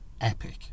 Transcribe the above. epic